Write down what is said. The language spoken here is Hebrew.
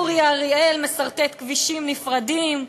אורי אריאל מסרטט כבישים נפרדים,